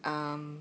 um